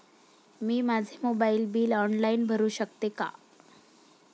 मी माझे mobile bill online भरू शकते का?